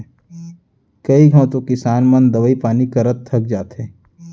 कई घंव तो किसान मन दवई पानी करत थक जाथें